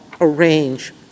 arrange